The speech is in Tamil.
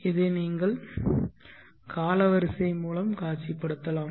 இதை நீங்கள் காலவரிசை மூலம் காட்சிப்படுத்தலாம்